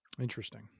Interesting